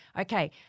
Okay